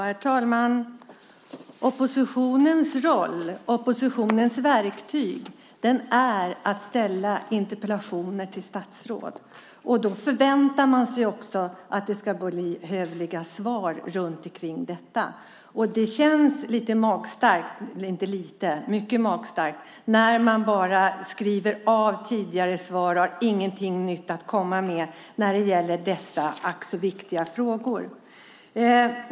Herr talman! Oppositionens roll och oppositionens verktyg är att ställa interpellationer till statsråd. Då förväntar man sig också att få hövliga svar. Det känns lite magstarkt - nej, inte lite, mycket magstarkt - när man bara skriver av tidigare svar och inte har något nytt att komma med när det gäller dessa ack så viktiga frågor.